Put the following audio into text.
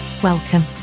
Welcome